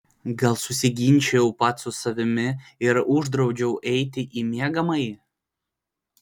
gal susiginčijau pats su savimi ir uždraudžiau eiti į miegamąjį